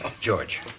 George